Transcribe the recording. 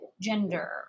gender